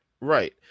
right